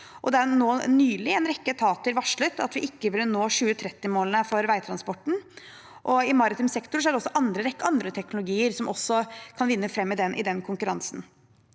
det er nylig i en rekke etater varslet at vi ikke ville nå 2030-målene for veitransporten. I maritim sektor er det også en rekke andre teknologier som kan vinne fram i den konkurransen.